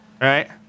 Right